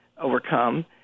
overcome